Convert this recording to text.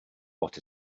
bought